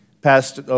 past